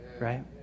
right